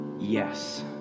yes